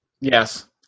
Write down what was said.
Yes